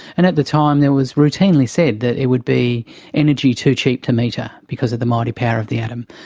and at the time it was routinely said that it would be energy too cheap to meter because of the mighty power of the atom.